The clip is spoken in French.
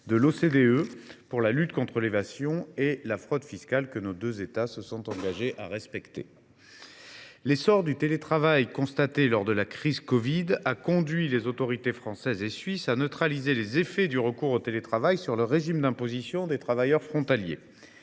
de l’OCDE pour la lutte contre l’évasion et la fraude fiscales, que nos deux États se sont engagés à respecter. L’essor du télétravail constaté lors de la crise du covid 19 a conduit les autorités françaises et suisses à neutraliser les effets du recours au télétravail sur le régime d’imposition des travailleurs frontaliers.